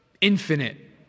Infinite